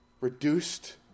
reduced